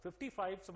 55